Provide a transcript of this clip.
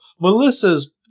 Melissa's